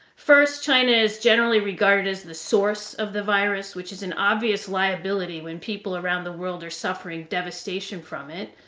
first china is generally regarded as the source of the virus, which is obvious liability when people around the world are suffering devastation from it.